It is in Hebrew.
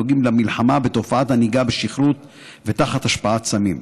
הנוגעים למלחמה בתופעת הנהיגה בשכרות ותחת השפעת סמים.